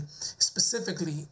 specifically